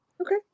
Okay